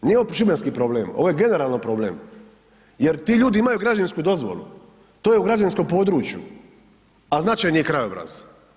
Nije ovo šibenski problem, ovo je generalno problem jer ti ljudi imaju građevinsku dozvolu to je u građevinskom području, a značajni je krajobraz.